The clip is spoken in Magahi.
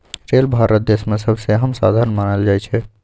रेल भारत देश में सबसे अहम साधन मानल जाई छई